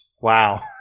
Wow